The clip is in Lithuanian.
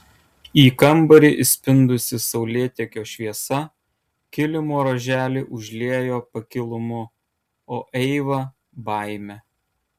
į kambarį įspindusi saulėtekio šviesa kilimo ruoželį užliejo pakilumu o eivą baime